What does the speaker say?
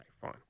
fine